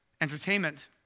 Entertainment